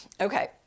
Okay